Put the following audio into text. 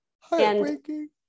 Heartbreaking